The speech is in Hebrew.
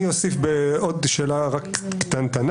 אני אוסיף בעוד שאלה קטנטנה,